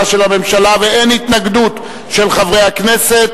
של הממשלה ואין התנגדות של חברי הכנסת.